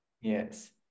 Yes